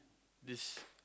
this